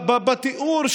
סדרי העדיפויות של